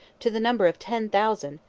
to the number of ten thousand,